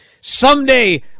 Someday